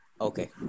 Okay